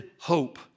hope